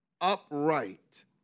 upright